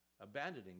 Abandoning